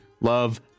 love